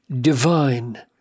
divine